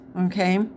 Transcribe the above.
okay